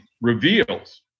reveals